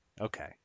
Okay